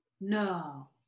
No